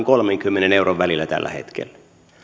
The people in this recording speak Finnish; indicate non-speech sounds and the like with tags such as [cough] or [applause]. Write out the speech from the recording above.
[unintelligible] kolmenkymmenen euron välillä tällä hetkellä